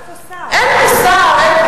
אין פה שר.